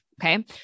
okay